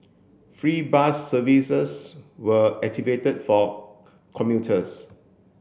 free bus services were activated for commuters